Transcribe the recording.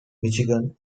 michigan